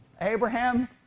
Abraham